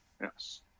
Yes